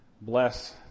Bless